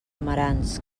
amarants